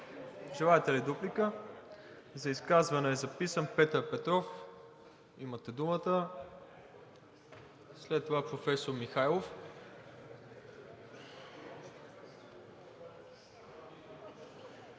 Желаете ли дуплика? За изказване е записан Петър Петров, след това професор Михайлов.